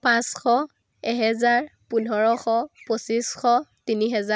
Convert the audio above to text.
পাঁচশ এহেজাৰ পোন্ধৰশ পঁচিছশ তিনি হেজাৰ